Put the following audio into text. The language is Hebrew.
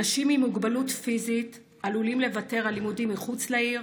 אנשים עם מוגבלות פיזית עלולים לוותר על לימודים מחוץ לעיר,